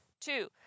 Two